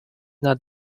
nad